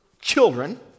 children